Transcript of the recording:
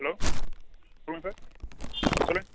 hello சொல்லுங்கள் sir சொல்லுங்கள்